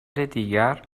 دیگر